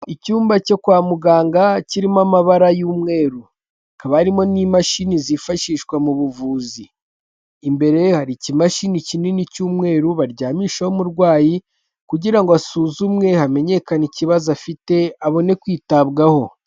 Icyumba cyo kwa muganga kirimo amabara y'umweru, hakaba harimo n'imashini zifashishwa mu buvuzi, imbere hari ikimashini kinini cy'umweru baryamishaho umurwayi, kugira ngo asuzumwe hamenyekane ikibazo afite abone kwitabwaho.